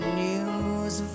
news